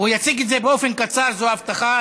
הוא יציג את זה באופן קצר, זו הבטחה.